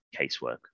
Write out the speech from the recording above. casework